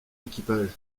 équipage